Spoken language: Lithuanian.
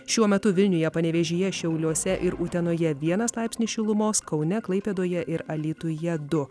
šiuo metu vilniuje panevėžyje šiauliuose ir utenoje vienas laipsnis šilumos kaune klaipėdoje ir alytuje du